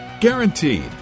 Guaranteed